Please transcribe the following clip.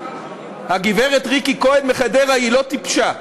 הגברת ריקי כהן מחדרה לא טיפשה,